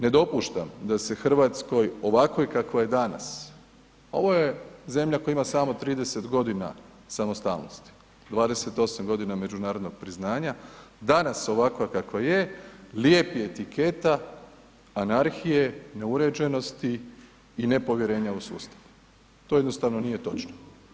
Ne dopuštam da se Hrvatskoj ovakvoj kakva je danas, ovo je zemlja koja imao samo 30 godina samostalnosti, 28 godina međunarodnog priznanja, danas ovakva kakva je lijepi etiketa anarhije, neuređenosti i nepovjerenja u sustav, to jednostavno nije točno.